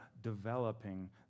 developing